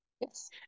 Yes